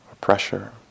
pressure